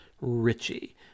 richie